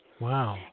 Wow